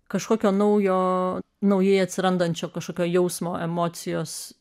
kažkokio naujo naujai atsirandančio kažkokio jausmo emocijos